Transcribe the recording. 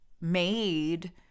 made